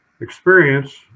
experience